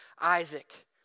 Isaac